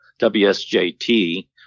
WSJT